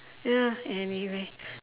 ya anyway